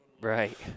Right